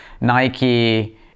Nike